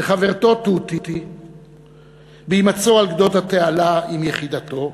לחברתו תותי בהימצאו על גדות התעלה עם יחידתו,